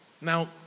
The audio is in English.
Now